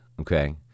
okay